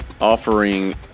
Offering